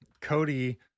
Cody